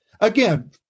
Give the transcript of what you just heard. Again